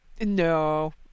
No